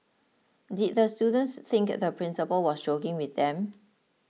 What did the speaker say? did the students think the principal was joking with them